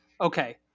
okay